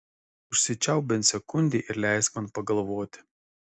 užsičiaupk bent sekundei ir leisk man pagalvoti